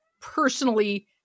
personally